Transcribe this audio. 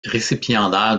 récipiendaire